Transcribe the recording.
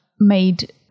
made